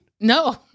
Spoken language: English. No